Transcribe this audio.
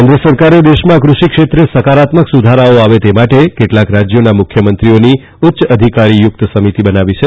કેન્દ્ર સરકારે દેશમાં કૃષિ ક્ષેત્રે સકારાત્મક સુધારાઓ આવે તે માટે કેટલાંક રાજ્યોમાં મુખ્યમંત્રીઓની ઉચ્ય અધિકારયુક્ત સમિતી બનાવી છે